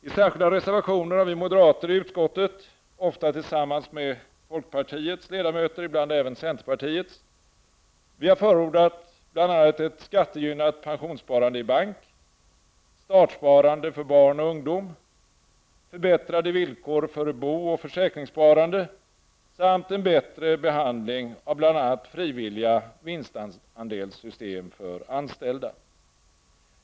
I särskilda reservationer har vi moderater i utskottet -- ofta tillsammans med folkpartiets ledamöter och ibland även med centerpartiets -- förordat bl.a. ett skattegynnat pensionssparande i bank, startsparande för barn och ungdom, förbättrade villkor för bo och försäkringssparande samt en bättre behandling av bl.a. frivilliga vinstandelssystem för anställda.